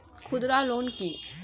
ক্ষুদ্র ঋণ কি?